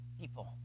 people